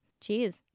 Cheers